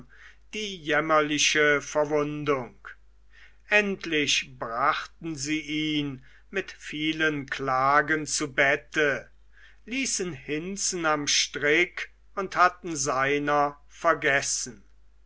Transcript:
seine schwere verwundung endlich brachten sie ihn mit vielen klagen zu bette ließen hinzen am strick und hatten seiner vergessen